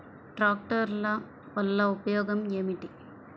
ట్రాక్టర్ల వల్ల ఉపయోగం ఏమిటీ?